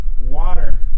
Water